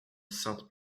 sainte